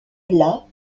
plat